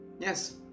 yes